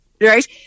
Right